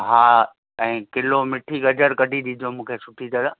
हा ऐं किलो मिठी गजर कढी ॾिजो मूंखे सुठी तरह